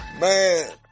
Man